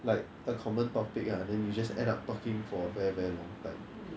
like a common topic lah then you just end up talking for very very long like